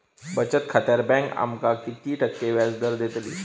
बचत खात्यार बँक आमका किती टक्के व्याजदर देतली?